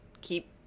keep